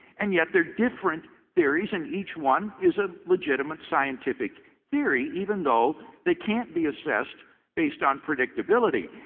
and yet, they are different theories and each one is a legitimate scientific theory even though they can't be assessed based on predictability.